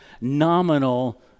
nominal